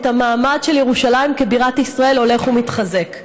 המעמד של ירושלים כבירת ישראל הולך ומתחזק.